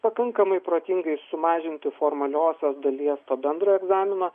pakankamai protingai sumažinti formaliosios dalies to bendrojo egzamino